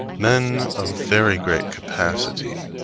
men of very great capacity,